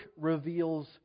Reveals